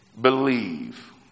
believe